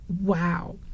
Wow